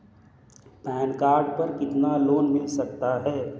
Pan card पर कितना loan मिल सकता है?